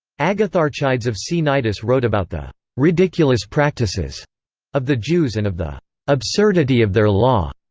agatharchides of cnidus wrote about the ridiculous practices of the jews and of the absurdity of their law,